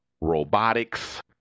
robotics